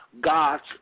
God's